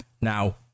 Now